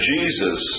Jesus